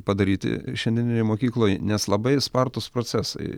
padaryti šiandieninėj mokykloj nes labai spartūs procesai